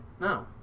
No